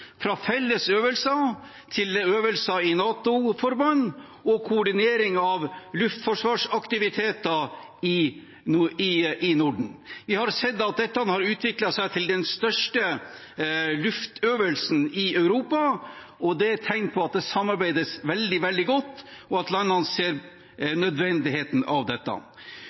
fra felles øvelser til øvelser i NATO-forband og koordinering av luftforsvarsaktiviteter i Norden. Vi har sett at dette har utviklet seg til den største luftøvelsen i Europa, og det er tegn på at det samarbeides veldig, veldig godt, og at landene ser nødvendigheten av dette.